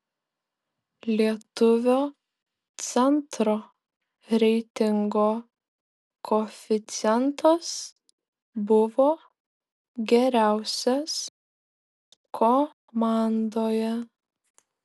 lietuvio centro reitingo koeficientas buvo geriausias komandoje